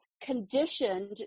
conditioned